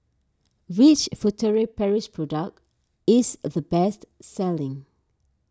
which Furtere Paris product is the best selling